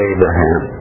Abraham